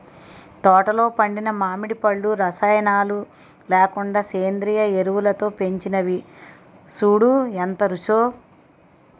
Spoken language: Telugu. తోటలో పండిన మావిడి పళ్ళు రసాయనాలు లేకుండా సేంద్రియ ఎరువులతో పెంచినవి సూడూ ఎంత రుచో